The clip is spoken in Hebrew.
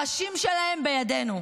הראשים שלהם בידינו".